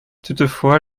toutefois